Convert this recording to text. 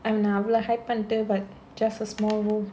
நா அவ்ள:naa avla hype பண்ணிட்டு:pannittu but just a small world